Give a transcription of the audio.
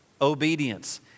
Obedience